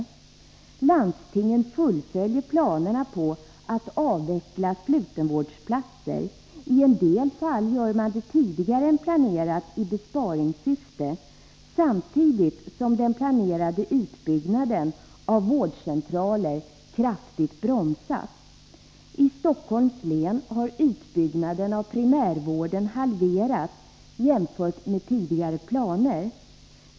Landstingen fullföljer planerna på att avveckla slutenvårdsplatser. I en del fall gör man det tidigare än planerat i besparingssyfte samtidigt som den planerade utbyggnaden av vårdcentraler kraftigt bromsas. I Stockholms län har utbyggnaden av primärvården halverats jämfört med tidigare planer.